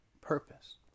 purpose